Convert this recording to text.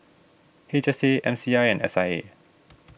H S A M C I and S I A